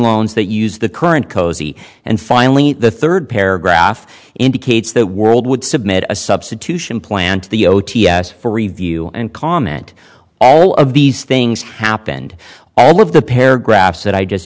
loans that use the current cosey and finally the third paragraph indicates that world would submit a substitution plan to the o t s for review and comment all of these things happened all of the paragraphs that i just